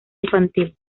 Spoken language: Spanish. infantil